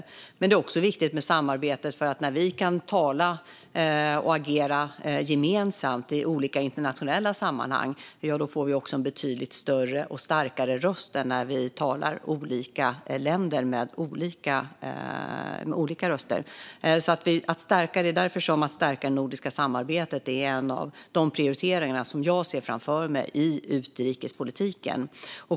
Samarbetet är också viktigt därför att vi när vi kan tala och agera gemensamt i olika internationella sammanhang får en betydligt större och starkare röst än när vi i olika länder talar med olika röster. Det är därför att stärka det nordiska samarbetet är en av de prioriteringar som jag ser framför mig i utrikespolitiken.